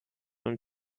und